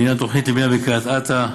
בעניין תוכנית הבנייה בקריית אתא,